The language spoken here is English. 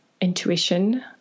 intuition